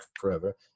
forever